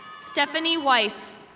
stephanie weiss.